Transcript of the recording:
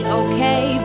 okay